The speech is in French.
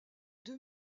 deux